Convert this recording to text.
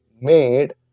made